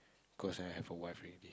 because I have a wife already